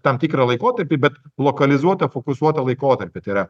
tam tikrą laikotarpį bet lokalizuota fokusuota laikotarpį tai yra